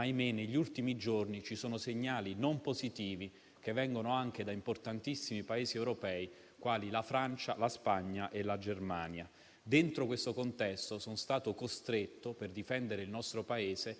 extraeuropei ed extra-Schengen con l'obbligo di quarantena, ma anche nei confronti due Paesi europei come Romania e Bulgaria, che sono costretti alle stesse misure dei Paesi extraeuropei. Queste sono scelte dolorose,